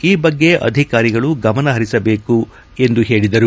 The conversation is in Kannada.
ಈ ಬಗ್ಗೆ ಅಧಿಕಾರಿಗಳು ಗಮನಹರಿಸಬೇಕು ಎಂದು ಪೇಳದರು